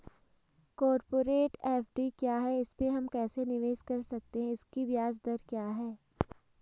Corporate FD क्या है इसमें हम कैसे निवेश कर सकते हैं इसकी ब्याज दर क्या है?